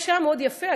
מה שהיה מאוד יפה,